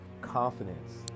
confidence